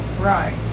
Right